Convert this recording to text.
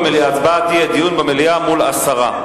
ההצבעה תהיה על דיון במליאה מול הסרה.